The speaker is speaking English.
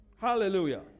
Hallelujah